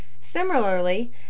Similarly